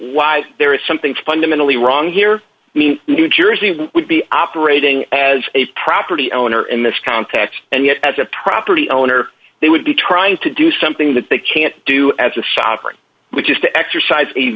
why there is something fundamentally wrong here i mean new jersey would be operating as a property owner in this context and yet as a property owner they would be trying to do something that they can't do as a shopper which is to exercise a